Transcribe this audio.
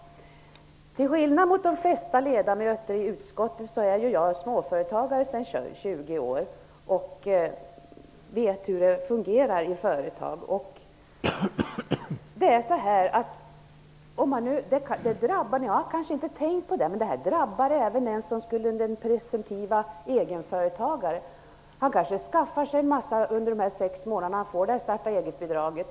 Till skillnad från de flesta ledamöter i utskottet är jag sedan 20 år tillbaka småföretagare och vet hur det fungerar i företag. Alla har kanske inte tänkt på att bristerna drabbar även presumtiva egenföretagare. En sådan investerar kanske i en hel del saker under de sex månader när han får startaeget-bidraget.